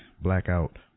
blackout